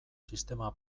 sistema